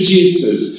Jesus